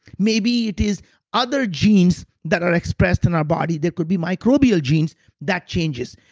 maybe it is other genes that are expressed in our body that could be microbial genes that changes,